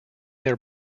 their